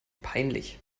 peinlich